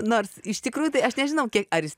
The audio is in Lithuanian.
nors iš tikrųjų tai aš nežinau ar jis